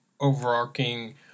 overarching